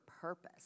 purpose